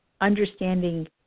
understanding